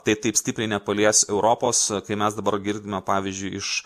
tai taip stipriai nepalies europos kai mes dabar girdime pavyzdžiui iš